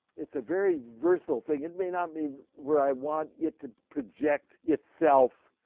it's a very versatile thing. it may not leave where i want it to project itself,